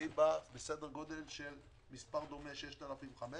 והיא באה בסדר גודל של מספר דומה, 6,500,